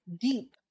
deep